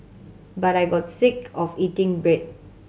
but I got sick of eating bread